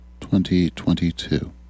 2022